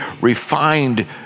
refined